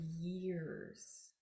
years